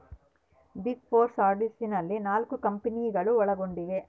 big four auditors ನಲ್ಲಿ ನಾಲ್ಕು ಕಂಪನಿಗಳು ಒಳಗೊಂಡಿವ